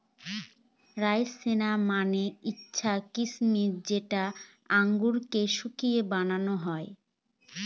রাইসিনা মানে হচ্ছে কিসমিস যেটা আঙুরকে শুকিয়ে বানানো হয়